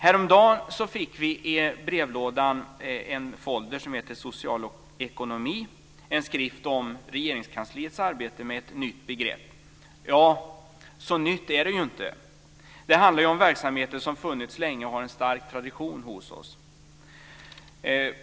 Häromdagen fick vi i brevlådan en folder som heter Social ekonomi. Det är en skrift om Regeringskansliets arbete med ett nytt begrepp. Ja, så nytt är det ju inte. Det handlar om verksamheter som funnits länge och som har en stark tradition hos oss.